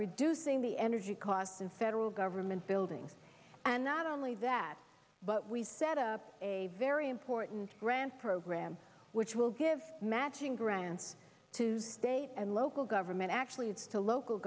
reducing the energy costs in federal government buildings and not only that but we set up a very important grant program which will give matching grants to state and local government actually it's to local